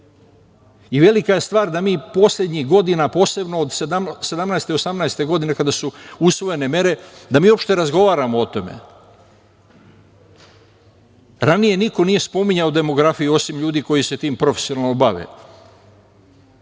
I velika je stvar da mi poslednjih godina, posebno od 2017, 2018. godine, kada su usvojene mere, da mi uopšte razgovaramo o tome. Ranije niko nije spominjao demografiju, osim ljudi koji se tim profesionalno